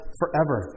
forever